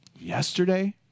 yesterday